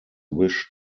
wish